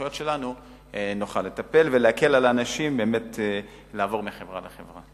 והסמכויות שלנו נוכל לטפל ולהקל על אנשים באמת לעבור מחברה לחברה.